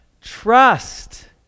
trust